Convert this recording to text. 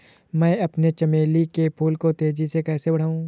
मैं अपने चमेली के फूल को तेजी से कैसे बढाऊं?